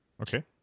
Okay